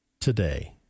today